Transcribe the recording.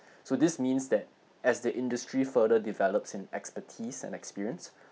so this means that as the industry further develops in expertise and experience